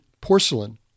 porcelain